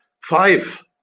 Five